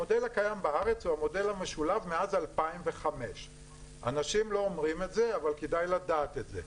המודל הקיים בארץ הוא המודל המשולב מאז 2005. אנשים לא אומרים את זה אבל כדאי לדעת את זה.